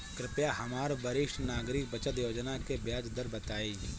कृपया हमरा वरिष्ठ नागरिक बचत योजना के ब्याज दर बताइं